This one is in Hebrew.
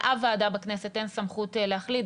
לאף ועדה בכנסת אין סמכות להחליט,